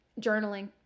journaling